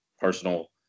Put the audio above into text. personal